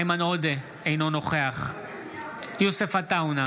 איימן עודה, אינו נוכח יוסף עטאונה,